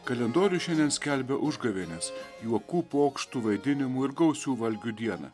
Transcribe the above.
kalendorius šiandien skelbia užgavėnes juokų pokštų vaidinimų ir gausių valgių dieną